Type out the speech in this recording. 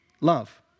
love